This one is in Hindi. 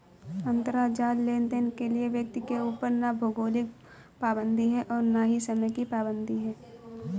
अंतराजाल लेनदेन के लिए व्यक्ति के ऊपर ना भौगोलिक पाबंदी है और ना ही समय की पाबंदी है